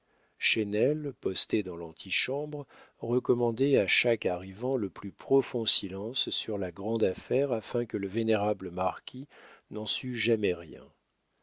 venu chesnel posté dans l'antichambre recommandait à chaque arrivant le plus profond silence sur la grande affaire afin que le vénérable marquis n'en sût jamais rien